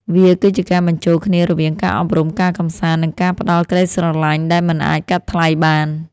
វាគឺជាការបញ្ចូលគ្នារវាងការអប់រំ ការកម្សាន្ត និងការផ្តល់ក្ដីស្រឡាញ់ដែលមិនអាចកាត់ថ្លៃបាន។